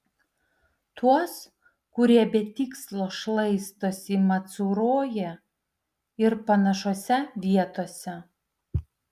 tuos kurie be tikslo šlaistosi macuroje ir panašiose vietose